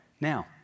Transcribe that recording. Now